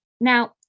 now